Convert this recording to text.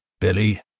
Billy